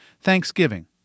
Thanksgiving